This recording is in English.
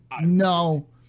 No